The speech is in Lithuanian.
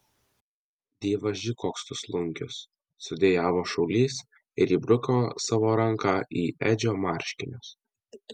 dievaži koks tu slunkius sudejavo šaulys ir įbruko savo ranką į edžio marškinius